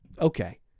Okay